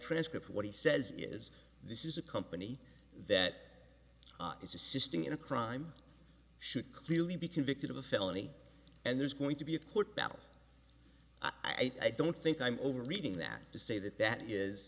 transcript what he says is this is a company that is assisting in a crime should clearly be convicted of a felony and there's going to be a court battle i don't think i'm over reading that to say that that is